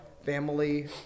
family